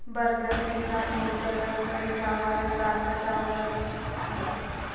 burger pizza noodle kadhi ਚਾਵਲ ਰਾਜਮਾਂਹ ਚਾਵਲ